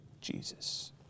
Jesus